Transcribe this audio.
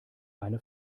eine